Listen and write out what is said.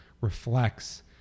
reflects